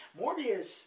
Morbius